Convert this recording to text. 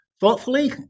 thoughtfully